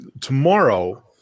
tomorrow